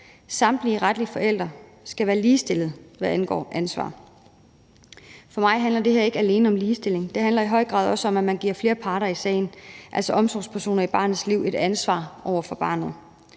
Samtlige retlige forældre skal være ligestillede, hvad angår ansvar. For mig handler det her ikke alene om ligestilling. Det handler i høj grad også om, at man giver flere parter i sagen, altså omsorgspersoner i barnets liv, et ansvar over for barnet.